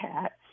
cats